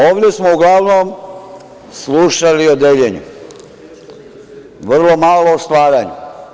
Ovde smo uglavnom slušali o deljenju, vrlo malo o stvaranju.